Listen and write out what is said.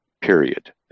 Period